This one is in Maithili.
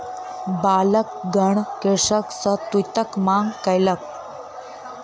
बालकगण कृषक सॅ तूईतक मांग कयलक